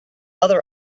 other